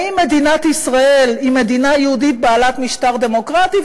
האם מדינת ישראל היא מדינה יהודית בעלת משטר דמוקרטי?